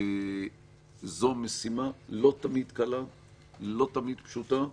ואז נעשה טקס קצר של